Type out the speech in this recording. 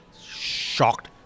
shocked